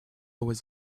always